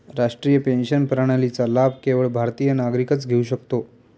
राष्ट्रीय पेन्शन प्रणालीचा लाभ केवळ भारतीय नागरिकच घेऊ शकतो